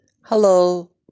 hello